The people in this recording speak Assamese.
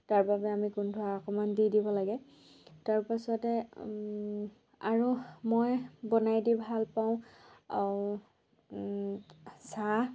তাৰবাবে আমি গোন্ধোৱা অকমান দি দিব লাগে তাৰ পাছতে আৰু মই বনাই ভাল দি পাওঁ চাহ